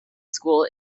school